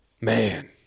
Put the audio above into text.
Man